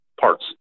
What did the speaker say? parts